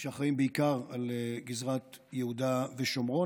אלה שאחראים בעיקר לגזרת יהודה ושומרון,